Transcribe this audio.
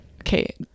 okay